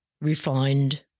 refined